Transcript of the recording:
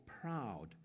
proud